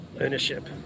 ownership